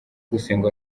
gusenga